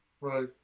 right